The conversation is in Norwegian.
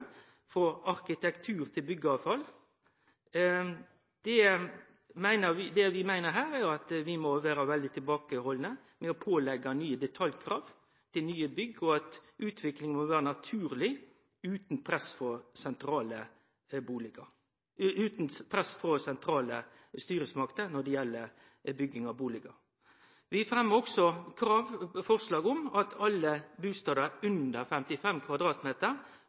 frå arkitektur til byggavfall. Det vi meiner her, er at vi må vere veldig tilbakehaldne med å påleggje nye detaljkrav til nye bygg, og at utviklinga må vere naturleg utan press frå sentrale styresmakter når det gjeld bygging av bustader. Vi fremmer forslag om at alle bustader under 55